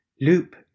Loop